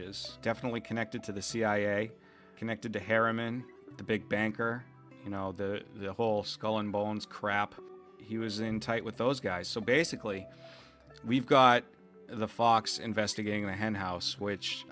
bush's definitely connected to the cia connected to harriman the big banker you know the whole skull and bones crap he was in tight with those guys so basically we've got the fox investigating the hen house which